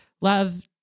love